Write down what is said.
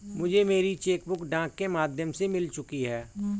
मुझे मेरी cheque book डाक के माध्यम से मिल चुकी है